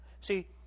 See